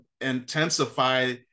intensify